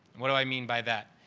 what do i mean by that?